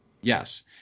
yes